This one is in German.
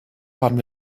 haben